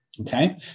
Okay